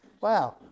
Wow